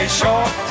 short